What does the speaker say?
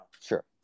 Sure